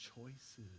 choices